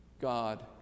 God